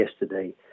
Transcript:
yesterday